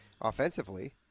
offensively